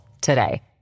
today